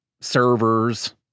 servers